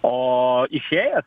o išėję